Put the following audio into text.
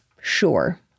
Sure